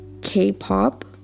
k-pop